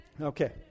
Okay